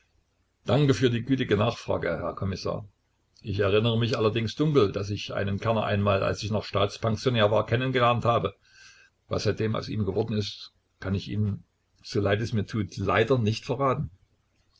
danke für gütige nachfrage herr kommissar ich erinnere mich allerdings dunkel daß ich einen kerner einmal als ich noch staatspensionär war kennen gelernt habe was seitdem aus ihm geworden ist kann ich ihnen so leid es mir tut leider nicht verraten